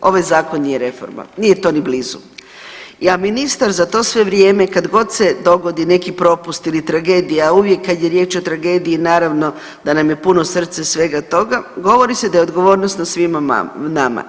Ovaj zakon nije reforma, nije to ni blizu, a ministar za sve to vrijeme kad god se dogodi neki propust ili tragedija, uvijek kad je riječ o tragediji naravno da nam je puno srce svega toga govori se da je odgovornost na svima nama.